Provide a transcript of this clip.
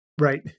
right